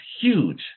huge